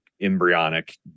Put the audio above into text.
embryonic